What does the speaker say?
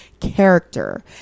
character